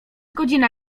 godzina